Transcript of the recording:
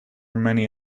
many